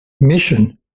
mission